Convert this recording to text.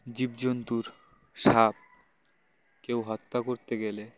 জীবজন্তুর সাপ কেউ হত্যা করতে গেলে